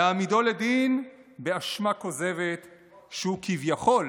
להעמידו לדין באשמה כוזבת שהוא כביכול